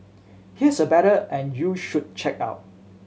here's a better and you should check out